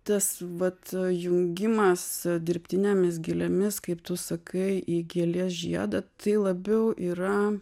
tas vat jungimas dirbtinėmis gėlėmis kaip tu sakai į gėlės žiedą tai labiau yra